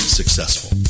successful